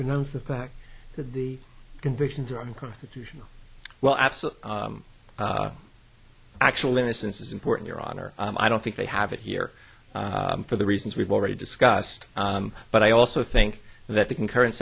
pronounce the fact that the convictions are unconstitutional well absent actual innocence is important your honor i don't think they have it here for the reasons we've already discussed but i also think that the concurrent